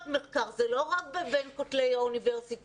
שהם לא רק בין כותלי האוניברסיטה,